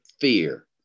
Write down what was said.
fear